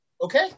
okay